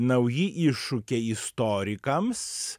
nauji iššūkiai istorikams